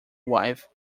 wife